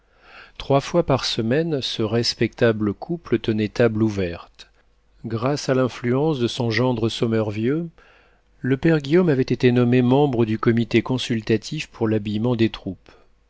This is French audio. trois fois par semaine ce respectable couple tenait table ouverte grâce à l'influence de son gendre sommervieux le père guillaume avait été nommé membre du comité consultatif pour l'habillement des troupes